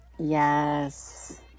Yes